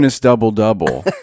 double-double